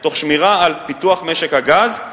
תוך שמירה על פיתוח משק הגז.